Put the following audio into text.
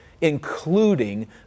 including